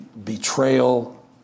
betrayal